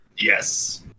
Yes